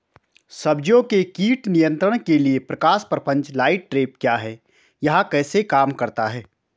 सब्जियों के कीट नियंत्रण के लिए प्रकाश प्रपंच लाइट ट्रैप क्या है यह कैसे काम करता है?